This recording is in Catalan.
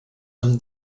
amb